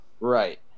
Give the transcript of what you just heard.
right